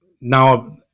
now